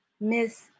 miss